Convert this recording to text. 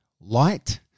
light